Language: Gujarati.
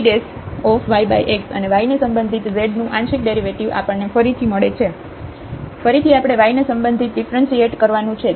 તેથી yxn 2gyx અને y ને સંબંધિત z નું આંશિક ડેરિવેટિવ આપણને ફરીથી મળે છે ફરીથી આપણે y ને સંબંધિત ડિફ્રન્સિએટ કરવાનું છે